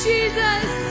Jesus